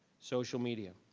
social media.